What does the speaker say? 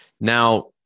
Now